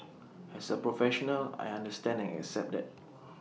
as A professional I understand and accept that